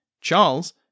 Charles